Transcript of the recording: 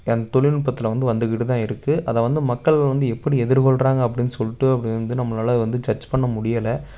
என் தொழில்நுட்பத்தில் வந்து வந்துகிட்டு தான் இருக்குது அதை வந்து மக்கள் வந்து எப்படி எதிர்கொள்றாங்க அப்படின்னு சொல்லிட்டு அப்படி வந்து நம்மளால் வந்து ஜச் பண்ண முடியலை